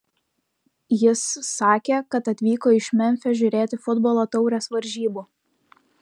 jis sakė kad atvyko iš memfio žiūrėti futbolo taurės varžybų